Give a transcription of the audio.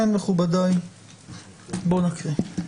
בואו נקרא.